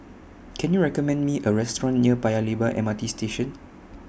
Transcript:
Can YOU recommend Me A Restaurant near Paya Lebar M R T Station